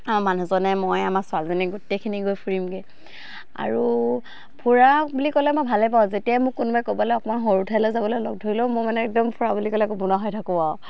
আমাৰ মানুহজনে মই আমাৰ ছোৱালীজনী গোটেইখিনি গৈ ফুৰিমগৈ আৰু ফুৰা বুলি ক'লে মই ভালে পাওঁ যেতিয়াই মোক কোনোবাই ক'ৰবালৈ অকণমান সৰু ঠাইলৈ যাবলৈ লগ ধৰিলেও মই মানে একদম ফুৰা বুলি ক'লে ক'ব নোৱাৰা হৈ থাকোঁ আৰু